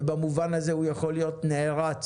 ובמובן הזה הוא יכול להיות נערץ.